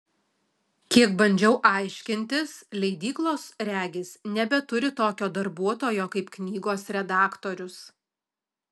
kiek bandžiau aiškintis leidyklos regis nebeturi tokio darbuotojo kaip knygos redaktorius